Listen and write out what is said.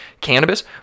cannabis